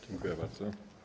Dziękuję bardzo.